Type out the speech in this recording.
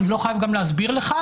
אני לא חייב גם להסביר לך,